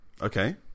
Okay